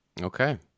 okay